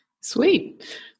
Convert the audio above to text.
Sweet